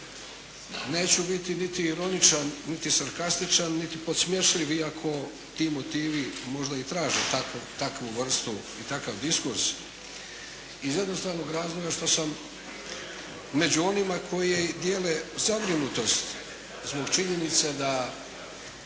Neću biti niti ironičan, niti sarkastičan niti podsmješljiv iako ti motivi možda i traže takvu vrstu i takav diskurs iz jednostavnog razloga što sam među onima koje i dijele zabrinutost zbog činjenice da